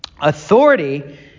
Authority